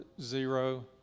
zero